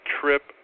trip